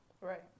Right